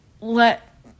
Let